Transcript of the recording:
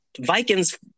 Vikings